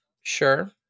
Sure